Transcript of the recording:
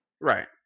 right